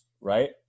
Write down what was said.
right